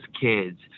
kids